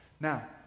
Now